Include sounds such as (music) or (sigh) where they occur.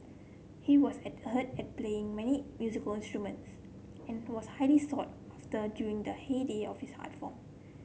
he was (unintelligible) at playing many musical instruments and was highly sought after during the heyday of his art form